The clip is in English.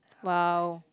!wow!